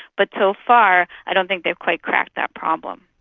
but so far i don't think they've quite cracked that problem.